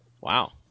Wow